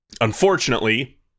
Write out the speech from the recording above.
Unfortunately